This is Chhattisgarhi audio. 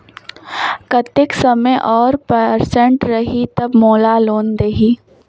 कतेक समय और परसेंट रही तब मोला लोन देही?